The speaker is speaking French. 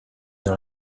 dans